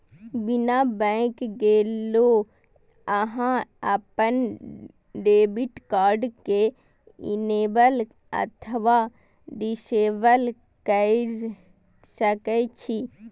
बिना बैंक गेलो अहां अपन डेबिट कार्ड कें इनेबल अथवा डिसेबल कैर सकै छी